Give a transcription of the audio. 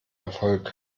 erfolg